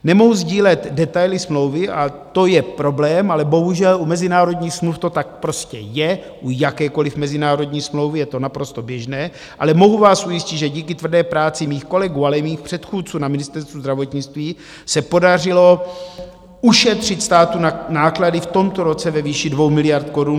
Nemohu sdílet detaily smlouvy, a to je problém, ale bohužel u mezinárodních smluv to tak prostě je, u jakékoliv mezinárodní smlouvy je to naprosto běžné, ale mohu vás ujistit, že díky tvrdé práci mých kolegů, ale i mých předchůdců na Ministerstvu zdravotnictví se podařilo ušetřit státu náklady v tomto roce ve výši 2 miliard korun.